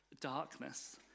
darkness